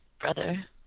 brother